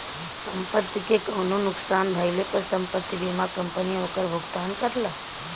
संपत्ति के कउनो नुकसान भइले पर संपत्ति बीमा कंपनी ओकर भुगतान करला